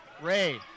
Ray